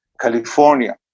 California